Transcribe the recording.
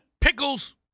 pickles